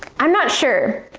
i'm not sure.